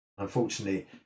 unfortunately